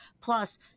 Plus